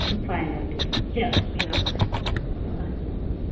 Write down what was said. اچھا فاینٔلی چلو بِہِو رَبَس حَوال چلو السَلام علیکُم